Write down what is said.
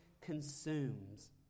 consumes